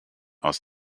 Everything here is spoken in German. aus